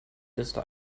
liste